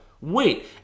wait